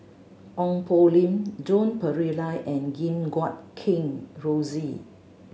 Ong Poh Lim Joan Pereira and Gim Guat Kheng Rosie